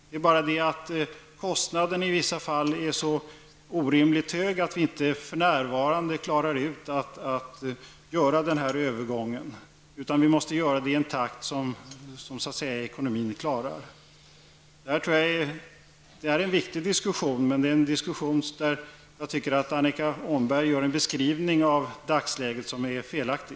Det är bara så att kostnaden i vissa fall är så orimligt hög, att vi inte för närvarande klarar av att göra en sådan övergång som krävs. Vi måste göra det i en takt som ekonomin så att säga tål. Det här är en mycket viktig diskussion, men jag tycker att Annika Åhnberg gör en beskrivning av dagsläget som är felaktig.